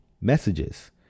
messages